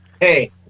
hey